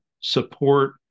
Support